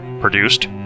produced